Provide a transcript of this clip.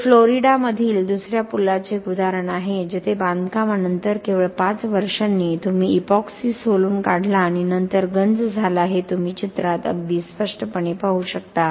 हे फ्लोरिडामधील दुसर्या पुलाचे एक उदाहरण आहे जेथे बांधकामानंतर केवळ 5 वर्षांनी तुम्ही इपॉक्सी सोलून काढला आणि नंतर गंज झाला हे तुम्ही चित्रात अगदी स्पष्टपणे पाहू शकता